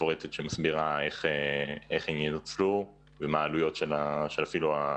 מפורטת שמסבירה איך הם ינוצלו ומה העלויות של הניצול.